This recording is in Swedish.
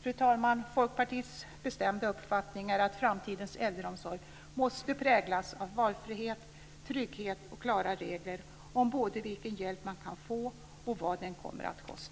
Fru talman! Folkpartiets bestämda uppfattning är att framtidens äldreomsorg måste präglas av valfrihet, trygghet och klara regler om både vilken hjälp man kan få och vad den kommer att kosta.